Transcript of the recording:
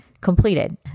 completed